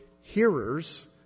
hearers